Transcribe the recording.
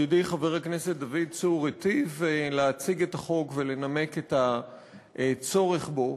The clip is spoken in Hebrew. ידידי חבר הכנסת דוד צור היטיב להציג את החוק ולנמק את הצורך בו.